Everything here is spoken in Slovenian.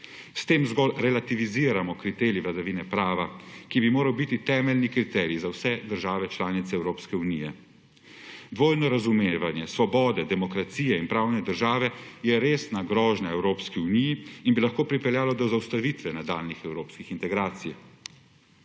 S tem zgolj relativiziramo kriterij vladavine prava, ki bi moral biti temeljni kriterij za vse države članice Evropske unije. Dvojno razumevanje svobode, demokracije in pravne države je resna grožnja Evropski uniji in bi lahko pripeljalo do zaustavitve nadaljnjih evropskih integracij.